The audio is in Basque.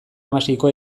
hamaseiko